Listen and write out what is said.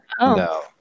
No